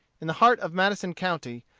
in the heart of madison county,